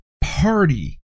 party